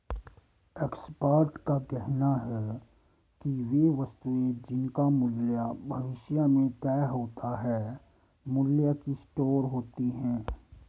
expert का कहना है कि वे वस्तुएं जिनका मूल्य भविष्य में तय होता है मूल्य की स्टोर होती हैं